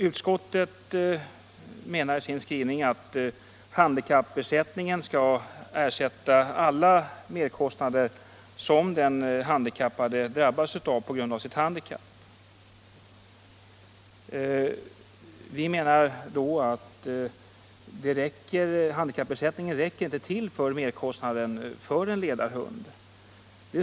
Utskottet menar i sin skrivning att handikappersättningen skall täcka alla merkostnader som den handikappade drabbas av på grund av sitt handikapp. Men handikappersättningen räcker inte till för merkostnaden för en ledarhund.